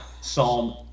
Psalm